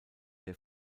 der